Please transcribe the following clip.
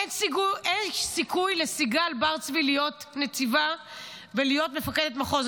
אין סיכוי לסיגל בר צבי להיות נציבה ולהיות מפקדת מחוז.